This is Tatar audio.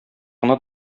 гына